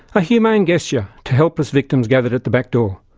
a humane gesture to helpless victims gathered at the back door.